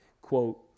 Quote